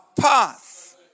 path